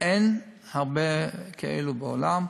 אין הרבה כאלה בעולם.